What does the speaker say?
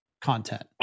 content